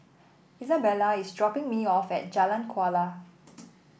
Isabella is dropping me off at Jalan Kuala